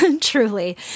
Truly